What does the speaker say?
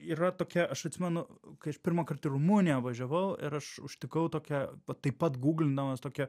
yra tokia aš atsimenu kai aš pirmąkart į rumuniją važiavau ir aš užtikau tokią taip pat gūglindamas tokią